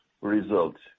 results